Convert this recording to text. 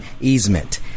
easement